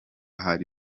hari